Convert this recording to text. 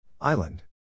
Island